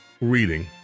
reading